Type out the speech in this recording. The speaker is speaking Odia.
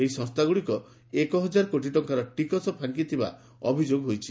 ଏହି ସଂସ୍ଥାଗୁଡ଼ିକ ଏକ ହଜାର କୋଟି ଟଙ୍କାର ଟିକସ ଫାଙ୍କିଥିବା ଅଭିଯୋଗ ହୋଇଛି